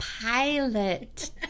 pilot